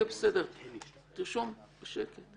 ירושלים שוחררה.